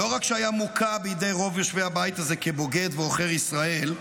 לא רק שהיה מוקע בידי רוב יושבי הבית הזה כבוגד ועוכר ישראל,